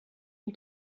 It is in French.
une